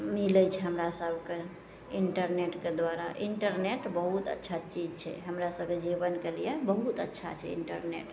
मिलै छै हमरा सभके इन्टरनेटके द्वारा इन्टरनेट बहुत अच्छा चीज छै हमरा सभके जीवनके लिए बहुत अच्छा छै इन्टरनेट